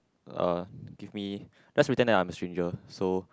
uh give me let's pretend that I'm a stranger so